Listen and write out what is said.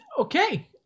Okay